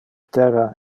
terra